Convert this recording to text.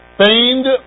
feigned